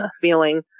feeling